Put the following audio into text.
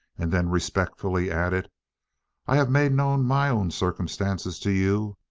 and then respectfully added i have made known my own circumstances to you,